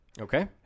Okay